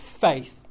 faith